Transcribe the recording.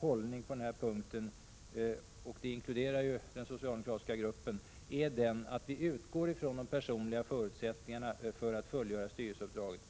och den socialdemokratiska gruppens hållning är den att vi utgår ifrån de personliga förutsättningarna för att fullgöra styrelseuppdraget.